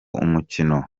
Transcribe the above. umukino